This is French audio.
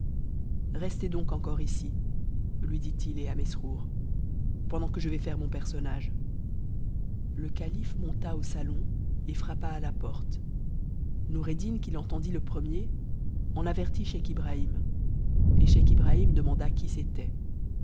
restez donc encore ici lui dit-il et à mesrou pendant que je vais faire mon personnage t te monta au salon et frappa à la porte nuureddin qui l'endit le premier en avertit scheich ibrahim et schcich ibrahim de k t qui c'était